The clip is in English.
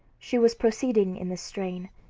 she was proceeding in this strain,